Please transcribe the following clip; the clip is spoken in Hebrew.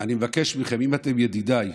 אני מבקש מכם, אם אתם ידידיי,